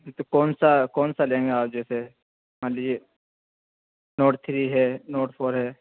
تو کون سا کون سا لیں گے آپ جیسے مان لیجیے نوٹ تھری ہے نوٹ فور ہے